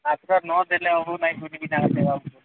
ଆଠ ନଅ ଦିନ ହେବନାହିଁ